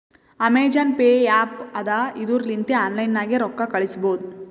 Amazon pay app ಅದಾ ಇದುರ್ ಲಿಂತ ಆನ್ಲೈನ್ ನಾಗೆ ರೊಕ್ಕಾ ಕಳುಸ್ಬೋದ